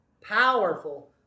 Powerful